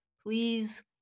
Please